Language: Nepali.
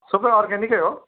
सबै अर्ग्यानिकै हो